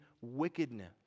wickedness